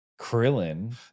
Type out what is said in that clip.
krillin